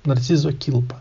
narcizo kilpa